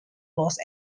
lost